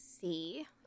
see